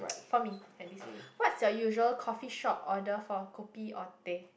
for me at least what's your usual coffee shop order for kopi or teh